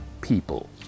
people